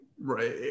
Right